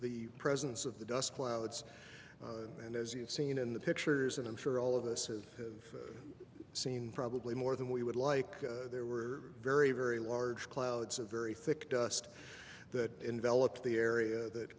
the presence of the dust clouds and as you've seen in the pictures and i'm sure all of this has seen probably more than we would like there were very very large clouds of very thick dust that envelop the area that